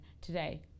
today